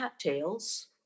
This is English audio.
cattails